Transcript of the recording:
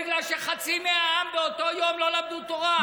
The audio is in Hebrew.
בגלל שחצי מהעם באותו יום לא למדו תורה.